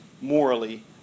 morally